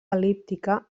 el·líptica